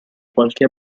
qualche